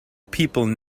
people